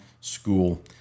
school